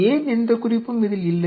ஏன் எந்தக் குறிப்பும் இதில் இல்லை